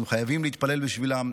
אנחנו חייבים להתפלל בשבילם,